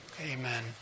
Amen